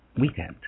weekend